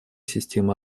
системы